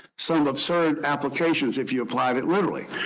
some absurd applications if you applied it literally.